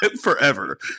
forever